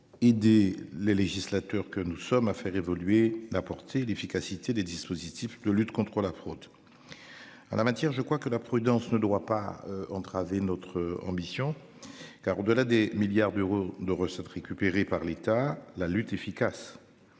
Aider les législateurs que nous sommes à faire évoluer d'apporter l'efficacité des dispositifs de lutte contre la fraude. En la matière je crois que la prudence ne doit pas entraver notre ambition. Car au-delà des milliards d'euros de recettes récupérés par l'État, la lutte efficace.